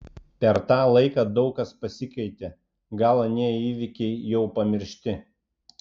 per tą laiką daug kas pasikeitė gal anie įvykiai jau pamiršti